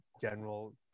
general